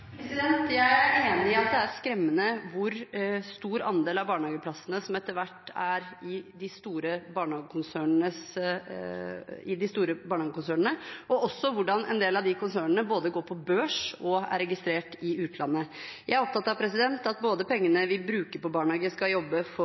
Jeg er enig i at det er skremmende hvor stor andel av barnehageplassene som etter hvert er i de store barnehagekonsernene, og også hvordan en del av de konsernene både går på børs og er registrert i utlandet. Jeg er opptatt av at pengene vi bruker på barnehage, skal jobbe for